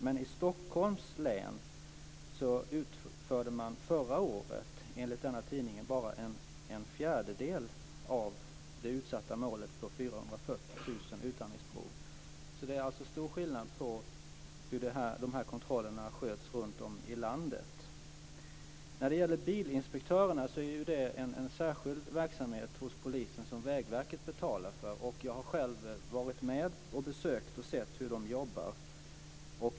Men i Stockholms län utfördes förra året, enligt denna tidning, bara en fjärdedel av det uppsatta målet om 440 000 utandningsprov. Det är alltså stor skillnad på hur de här kontrollerna sköts runtom i landet. När det gäller bilinspektörerna är det en särskild verksamhet hos polisen som Vägverket betalar för. Jag har själv besökt dem och sett hur de jobbar.